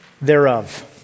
thereof